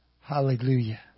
Hallelujah